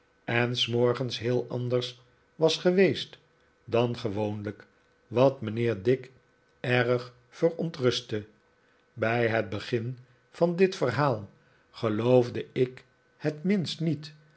en s morgens heel anders was geweest dan david copperfield gewoonlijk wat mijnheer dick erg verontrustte bij het begin van dit verhaal geloofde ik in het minst niet